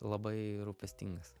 labai rūpestingas